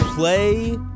Play